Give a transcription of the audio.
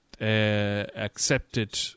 accepted